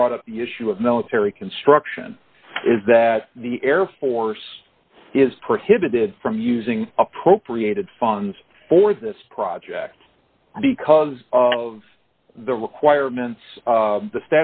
brought up the issue of military construction is that the air force is prohibited from using appropriated funds for this project because of the requirements of the